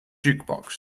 jukebox